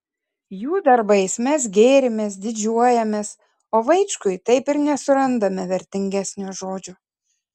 jų darbais mes gėrimės didžiuojamės o vaičkui taip ir nesurandame vertingesnio žodžio